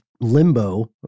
limbo